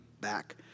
back